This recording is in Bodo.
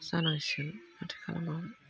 जानांसिगोन माथो खालामबावनो